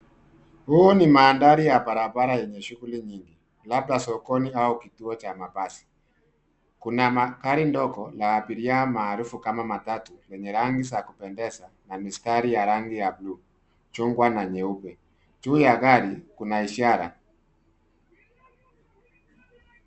Huu ni mandhari ya barabara yenye shughuli nyingi labda sokoni au kituo cha mabasi. Kuna magari ndogo la abiria maarufu kama matatu lenye rangi za kupendeza na Mistari ya rangi ya blue chungwa na nyeupe juu ya gari kuna ishara.